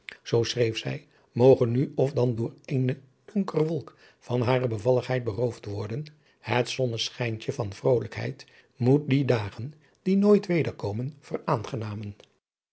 zoo schreef zij moge nu of dan door eene donkere wolk van hare bevalligheid beroofd worden het zonneschijntje van vrolijkheid moet die daagen die nooit wederkomen